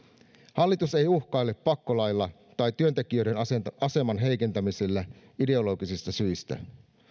hallitus ei uhkaile pakkolaeilla tai työntekijöiden aseman aseman heikentämisillä ideologisista syistä